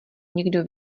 někdo